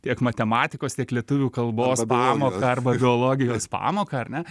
tiek matematikos tiek lietuvių kalbos pamoką arba biologijos pamoką ar ne